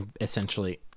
essentially –